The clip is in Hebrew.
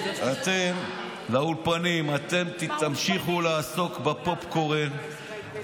לאולפנים: אתם תמשיכו לעסוק בפופקורן,